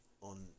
On